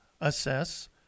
assess